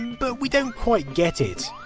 but we didn't quite get it.